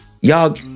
Y'all